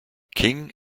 king